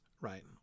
right